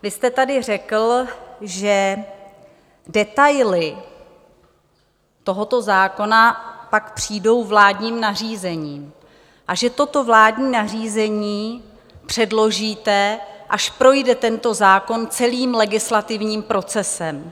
Vy jste tady řekl, že detaily tohoto zákona pak přijdou vládním nařízením a že toto vládní nařízení předložíte, až projde tento zákon celým legislativním procesem.